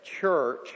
church